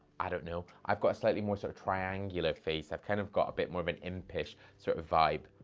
i don't know. i've got a slightly more so triangular face. i've kind of got a bit more of an impish sort of vibe,